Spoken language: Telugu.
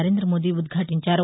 నరేం్రదమోదీ ఉద్యాటించారు